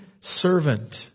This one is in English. servant